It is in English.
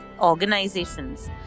organizations